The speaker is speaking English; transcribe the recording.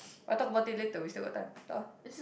I talk about it later we still got time talk ah